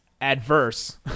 adverse